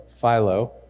Philo